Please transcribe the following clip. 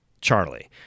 Charlie